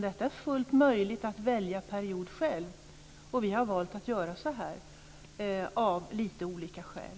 Det är fullt möjligt att välja period själv och vi har valt att göra så här av lite olika skäl.